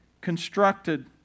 constructed